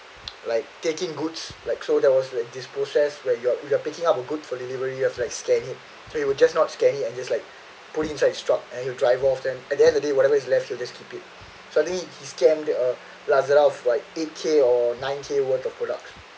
like taking goods like so there was like this process where you're you are picking up a good for delivery you have to like scan it so he would just not scan it and just like put inside his truck and he'll drive of then the other day whatever is left with this stupid suddenly he scam they are lazada of like eighty or nine k worth of products